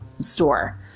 store